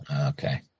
Okay